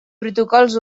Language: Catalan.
protocols